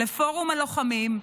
לפורום הלוחמים,